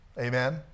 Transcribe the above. Amen